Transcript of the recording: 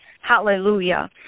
Hallelujah